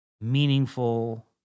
meaningful